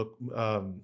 look